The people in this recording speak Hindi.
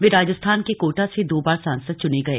वे राजस्थान के कोटा से दो बार सांसद चुने गए